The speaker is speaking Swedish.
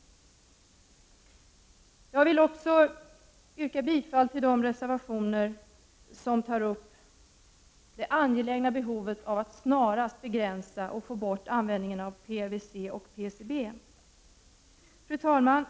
Jag vill även yrka bifall till de reservationer där det angelägna behovet av att man snarast begränsar och får bort användningen av PVC och PCB tas upp. Fru talman!